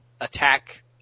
attack